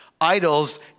idols